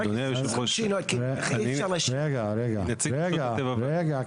אדוני היו"ר --- רגע, רגע.